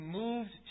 moved